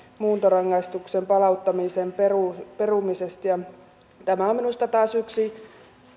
muuntorangaistuksen palauttamisen perumisesta perumisesta tämä on minusta taas yksi